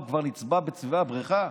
הוא כבר נצבע בצבעי הבריכה.